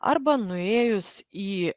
arba nuėjus į